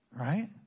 right